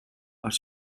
are